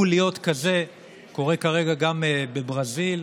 וקורה כרגע גם בברזיל,